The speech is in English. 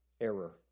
error